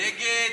מיקי